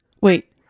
wait